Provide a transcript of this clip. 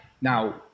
now